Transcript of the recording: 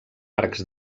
arcs